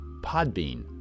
Podbean